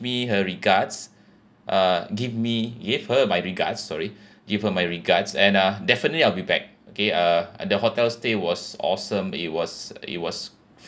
me her regards uh give me give her my regards sorry give her my regards and uh definitely I'll be back okay uh at the hotel stay was awesome it was it was